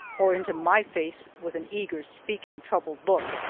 or into my face with an eager, speaking, troubled look.